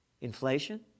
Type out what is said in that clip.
inflation